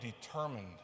determined